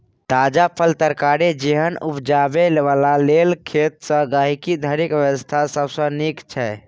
ताजा फल, तरकारी जेहन उपजाबै बला लेल खेत सँ गहिंकी धरिक व्यवस्था सबसे नीक छै